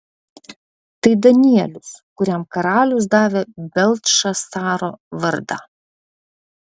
tai danielius kuriam karalius davė beltšacaro vardą